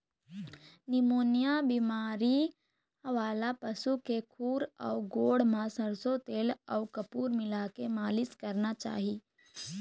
pneumonia बेमारी वाला पशु के खूर अउ गोड़ म सरसो तेल अउ कपूर मिलाके मालिस करना चाही